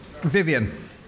Vivian